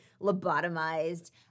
lobotomized